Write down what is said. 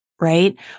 right